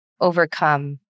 overcome